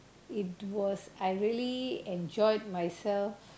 it was I really enjoyed myself